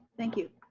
thank you.